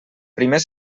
primer